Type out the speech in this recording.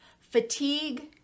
fatigue